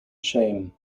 shame